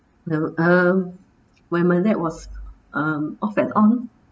the um when my dad was um off and on